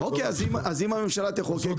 אוקיי, אז אם הממשלה תחוקק חוק שכל